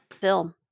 film